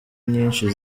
inyinshi